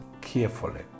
carefully